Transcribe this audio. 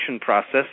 process